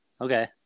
okay